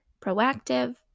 proactive